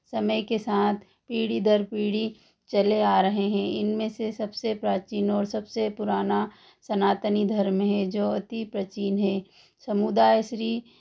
समय के साथ पीढ़ी दर पीढ़ी चले आ रहे हैं इनमें से सबसे प्राचीन और सबसे पुराना सनातनी धर्म है जो अति प्राचीन है समुदाय श्री